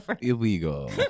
illegal